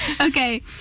Okay